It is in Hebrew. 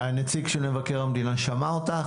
נציג מבקר המדינה שמע אותך,